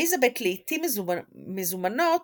אליזבת לעיתים מזומנות